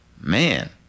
man